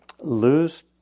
lose